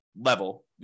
level